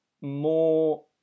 more